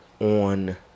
on